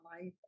life